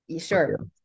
Sure